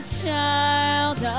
child